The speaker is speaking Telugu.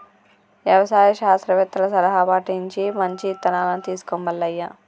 యవసాయ శాస్త్రవేత్తల సలహా పటించి మంచి ఇత్తనాలను తీసుకో మల్లయ్య